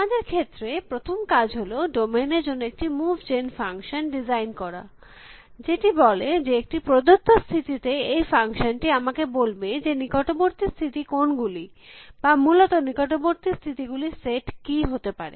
আমাদের ক্ষেত্রে প্রথম কাজ হল ডোমেইন এর জন্য একটি মুভ জেন ফাংশন ডিজাইন করা যেটি বলে যে একটি প্রদত্ত স্থিতিতে এই ফাংশনটি আমাকে বলবে যে নিকটবর্তী স্থিতি কোন গুলি বা মূলত নিকটবর্তী স্থিতি গুলির সেট কী হতে পারে